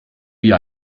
wie